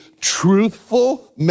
truthful